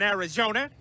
Arizona